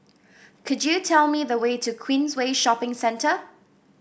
could you tell me the way to Queensway Shopping Centre